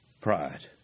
Pride